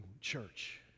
church